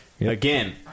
Again